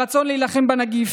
ואת הרצון להילחם בנגיף,